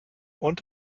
und